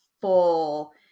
full